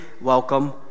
welcome